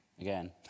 Again